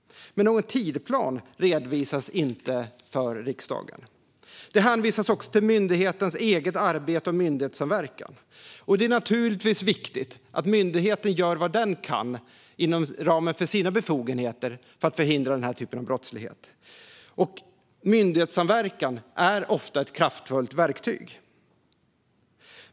Någon tidsplan redovisas dock inte för riksdagen. Det hänvisas också till myndighetens eget arbete och myndighetssamverkan. Det är naturligtvis viktigt att myndigheten gör vad den kan inom ramen för sina befogenheter för att förhindra den här typen av brottslighet, och myndighetssamverkan är ofta ett kraftfullt verktyg.